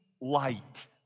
light